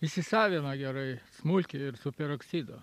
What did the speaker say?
įsisavina gerai smulkiai ir su peroksidu